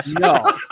No